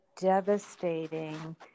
devastating